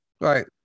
Right